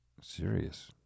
Serious